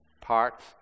parts